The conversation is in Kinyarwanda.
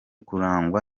kurangwa